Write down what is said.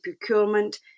procurement